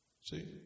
See